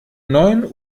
neun